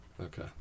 Okay